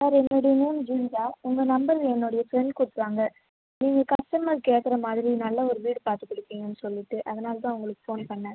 sir என்னுடைய name Jeevitha உங்கள் number என்னோடைய ஃப்ரெண்ட் கொடுத்தாங்க நீங்கள் கஸ்டமர் கேட்குற மாதிரி நல்ல ஒரு வீடு பார்த்து கொடுப்பீங்கன்னு சொல்லிட்டு அதனால் தான் உங்களுக்கு ஃபோன் பண்ணிணேன்